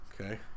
Okay